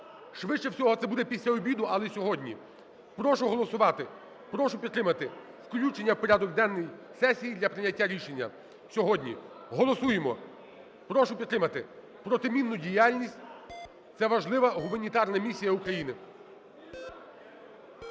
швидше всього, це буде після обіду, але сьогодні. Прошу голосувати, прошу підтримати включення у порядок денний сесії для прийняття рішення сьогодні. Голосуємо. Прошу підтримати протимінну діяльність – це важлива гуманітарна місія України.